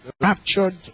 raptured